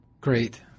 Great